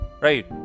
Right